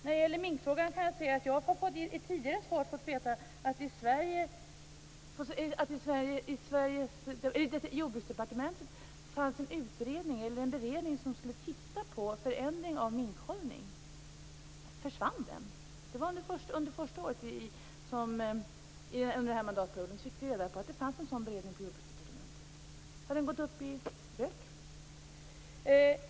När det gäller minkfrågan vill jag säga att jag i ett tidigare svar har fått veta att det i Jordbruksdepartementet fanns en beredning som skulle titta på förändring av minkhållning. Försvann den? Under första året av den här mandatperioden fick vi veta att det fanns en sådan beredning på Jordbruksdepartementet. Har den gått upp i rök?